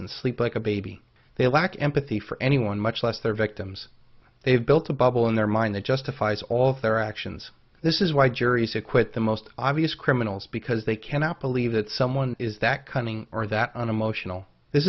and sleep like a baby they lack empathy for anyone much less their victims they've built a bubble in their mind that justifies all of their actions this is why juries acquit the most obvious criminals because they cannot believe that someone is that cunning or that unemotional this